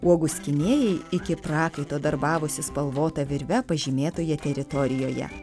uogų skynėjai iki prakaito darbavosi spalvota virve pažymėtoje teritorijoje